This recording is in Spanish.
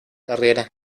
carrera